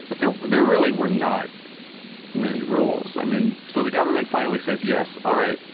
but there there really were not many rules. i mean, so the government finally says, yes all right,